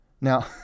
Now